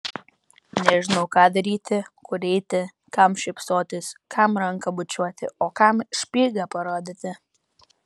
nežinau ką daryti kur eiti kam šypsotis kam ranką bučiuoti o kam špygą parodyti